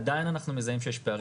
עדיין אנחנו מזהים שיש פערים.